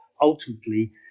ultimately